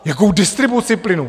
Jakou distribuci plynu?